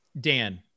Dan